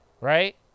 right